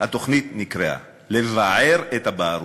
התוכנית נקראה: לבער את הבערות.